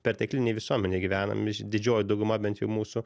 perteklinėj visuomenėj gyvenam iš didžioji dauguma bent jau mūsų